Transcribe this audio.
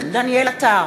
דניאל עטר,